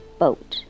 boat